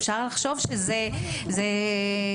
אפשר לחשוב שזה כל-כך שלילי.